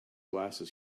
glasses